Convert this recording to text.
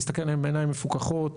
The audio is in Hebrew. להסתכל עליהן בעיניים מפוקחות,